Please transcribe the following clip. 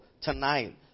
tonight